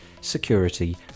security